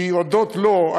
כי הודות לו,